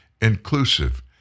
inclusive